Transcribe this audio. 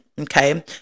okay